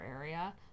area